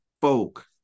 folk